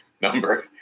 number